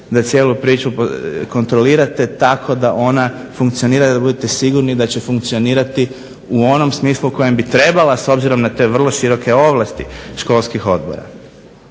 da cijelu priču kontrolirate tako da ona funkcionira i da budete sigurni da će funkcionirati u onom smislu kojem bi trebala s obzirom na te vrlo široke ovlasti školskih odbora.